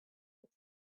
its